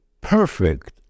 perfect